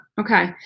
Okay